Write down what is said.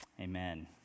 Amen